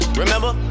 remember